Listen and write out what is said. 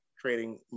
creating